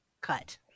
cut